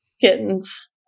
Kittens